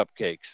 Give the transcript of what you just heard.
cupcakes